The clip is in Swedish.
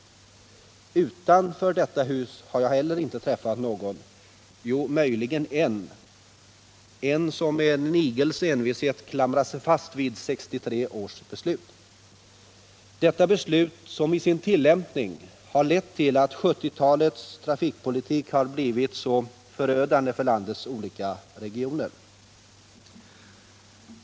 Utanför detta hus har jag inte träffat någon —jo, möjligen en — som med en igels envishet klamrar sig fast vid 1963 års beslut. Detta beslut har i sin tillämpning lett till att 1970-talets trafikpolitik blivit förödande för landets olika regioner.